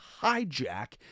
hijack